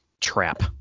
trap